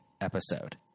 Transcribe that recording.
episode